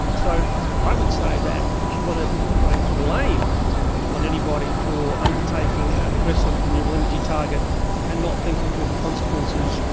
so i would say that if you wanted ah to place blame on anybody for undertaking an aggressive renewable energy target and not thinking through the consequences,